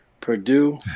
Purdue